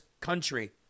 country